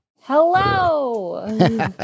Hello